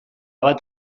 bat